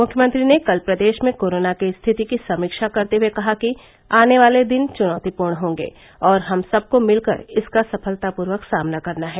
मुख्यमंत्री ने कल प्रदेश में कोरोना की स्थिति की समीक्षा करते हए कहा कि आने वाले दिन चनौतीपूर्ण होंगे और हम सबको मिलकर इसका सफलतापूर्वक सामना करना है